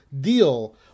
deal